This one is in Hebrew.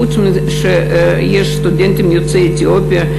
חוץ מזה שיש סטודנטים יוצאי אתיופיה,